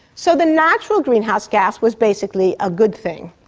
so the natural greenhouse gas was basically a good thing.